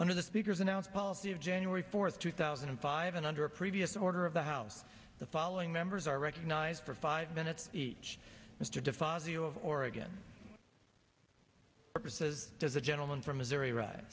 under the speaker's announce policy of january fourth two thousand and five and under a previous order of the house the following members are recognized for five minutes each mr de fazio of oregon purposes does the gentleman from missouri right